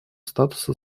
статуса